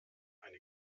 eine